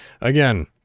Again